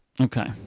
Okay